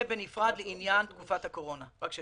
זה בנפרד לעניין תקופת הקורונה, רק שתדע.